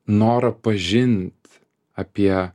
norą pažint apie